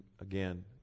again